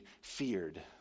feared